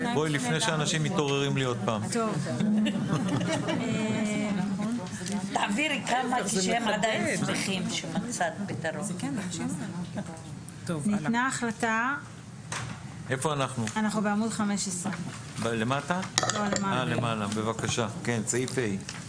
אנחנו בעמוד 15. בבקשה, סעיף (ה).